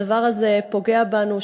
הדבר הזה פוגע בנו.